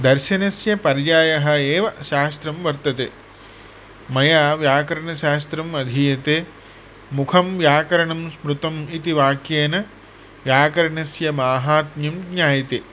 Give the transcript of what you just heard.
दर्शनस्य पर्यायः एव शास्त्रं वर्तते मया व्याकरणशास्त्रम् अधीयते मुखं व्याकरणं स्मृतम् इति वाक्येन व्याकरणस्य माहात्म्यं ज्ञायते